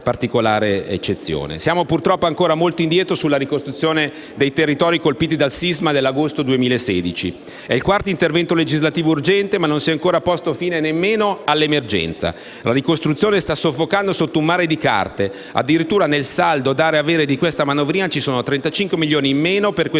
Siamo purtroppo ancora molto indietro sulla ricostruzione dei territori colpiti dal sisma dell'agosto 2016. È il quarto intervento legislativo urgente, ma non si è ancora posto fine nemmeno all'emergenza. La ricostruzione sta soffocando sotto un mare di carte. Addirittura nel saldo dare-avere di questa manovrina ci sono 35 milioni in meno per quest'anno, mentre